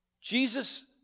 Jesus